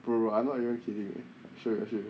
bro I'm not even kidding you sure you sure